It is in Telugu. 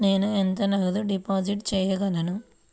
నేను ఎంత నగదు డిపాజిట్ చేయగలను?